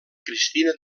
cristina